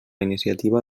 iniciativa